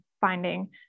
finding